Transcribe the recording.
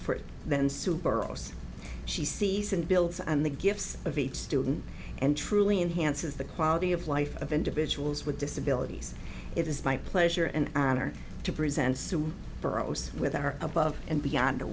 for it then super orse she sees and builds on the gifts of each student and truly enhanced as the quality of life of individuals with disabilities it is my pleasure and honor to present some boroughs with our above and beyond